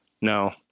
No